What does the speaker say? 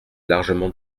largement